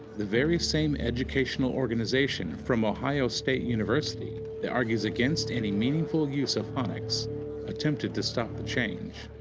the very same educational organization from ohio state university that argues against any meaningful use of phonics attempted to stop the change.